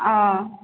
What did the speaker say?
ও